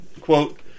Quote